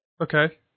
Okay